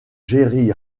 jerry